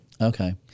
Okay